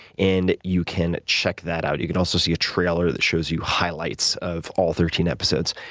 and you can check that out. you can also see a trailer that shows you highlights of all thirteen episodes.